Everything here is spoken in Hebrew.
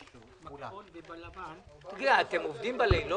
זה ל-20', ול-21' זה משהו אחר.